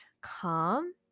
calm